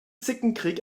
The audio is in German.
zickenkrieg